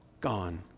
gone